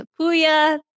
Puya